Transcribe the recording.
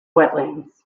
wetlands